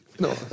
No